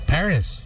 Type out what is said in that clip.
Paris